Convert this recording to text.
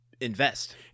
Invest